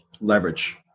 leverage